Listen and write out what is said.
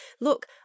look